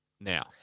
now